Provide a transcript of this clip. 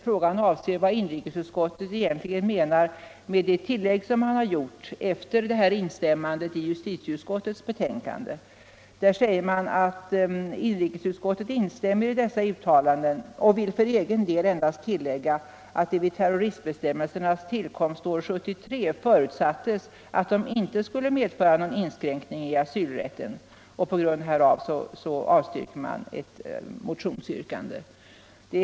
Frågan avser vad inrikesutskottet egentligen menar med det tillägg som man har gjort efter instämmandet i justitieutskottets yttrande. Där säger man att inrikesutskottet instämmer i dessa uttalanden och vill för egen del endast tillägga att det vid terroristbestämmelsernas tillkomst år 1973 förutsattes att de inte skulle medföra någon inskränkning i asylrätten, varför utskottet avstyrker ett motionsyrkande i ärendet.